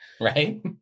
Right